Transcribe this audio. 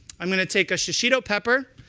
i'm going to take a shishito pepper,